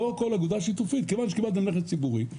לא כל אגודה שיתופית כיוון שקיבלתם נכס ציבורי,